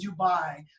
Dubai